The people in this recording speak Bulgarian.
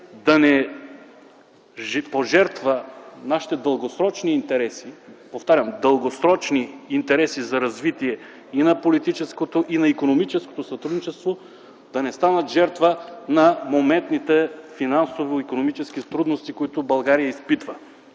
да не пожертва нашите дългосрочни интереси – повтарям – дългосрочни интереси за развитие и на политическото, и на икономическото сътрудничество, да не станат жертва на моментните финансово-икономически трудности, които България изпитва.